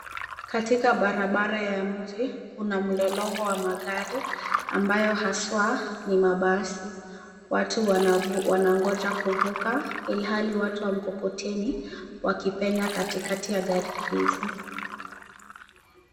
Katika barabara ya mji kuna mlolongo wa magari ambayo haswa ni mabasi. Watu wanangoja kuvuka ilhali watu wa mkokoteni wakipenya katikati gari hizi.